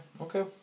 okay